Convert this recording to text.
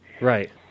Right